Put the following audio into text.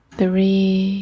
three